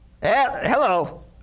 Hello